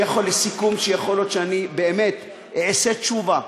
לסיכום, שיכול להיות שאני באמת אעשה תשובה,